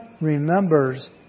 remembers